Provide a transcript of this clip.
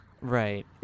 right